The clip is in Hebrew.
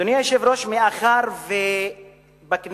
אדוני היושב-ראש, מאחר שבכנסת